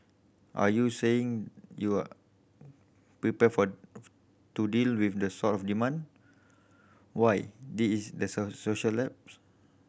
are you saying you are prepared for to deal with the sort of demand why there is